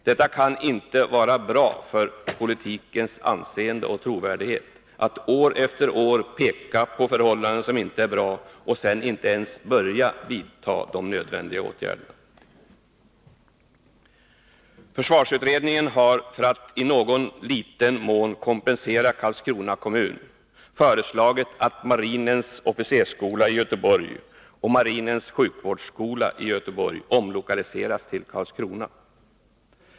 Det kan inte vara bra för politikens anseende och trovärdighet att år efter år peka på förhållanden som inte är bra och sedan inte ens börja vidta de nödvändiga förändringarna. Försvarsutredningen har, för att i någon liten mån kompensera Karlskrona kommun, föreslagit att marinens officershögskola i Göteborg och marinens sjukvårdsskolai Göteborg omlokaliseras till Karlskrona.